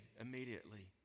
immediately